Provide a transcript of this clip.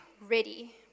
ready